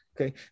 Okay